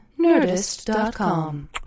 nerdist.com